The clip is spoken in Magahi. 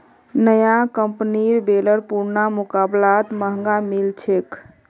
नया कंपनीर बेलर पुरना मुकाबलात महंगा मिल छेक